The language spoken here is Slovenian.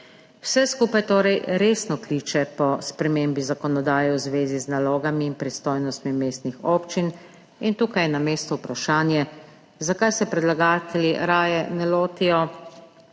Vse skupaj torej resno kliče po spremembi zakonodaje v zvezi z nalogami in pristojnostmi mestnih občin. Tukaj je na mestu vprašanje, zakaj se predlagatelji raje ne lotijo